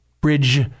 Bridge